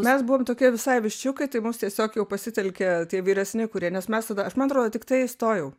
mes buvom tokie visai viščiukai tai mus tiesiog jau pasitelkė tie vyresni kurie nes mes tada aš man atrodo tiktai įstojau